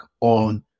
on